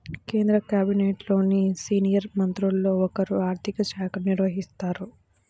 కేంద్ర క్యాబినెట్లోని సీనియర్ మంత్రుల్లో ఒకరు ఆర్ధిక శాఖను నిర్వహిస్తారు